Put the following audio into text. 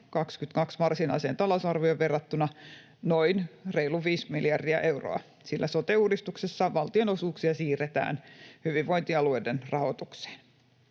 22 varsinaiseen talousarvioon verrattuna noin reilut 5 miljardia euroa, sillä sote-uudistuksessa valtionosuuksia siirretään hyvinvointialueiden rahoitukseen.